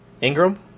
Ingram